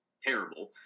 terrible